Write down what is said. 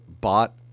bought